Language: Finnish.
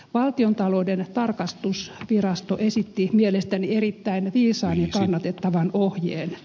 valtiontalouden tarkastusvirasto esitti mielestäni erittäin viisaan ja kannatettavan ohjeen